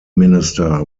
minister